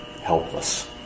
helpless